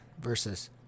versus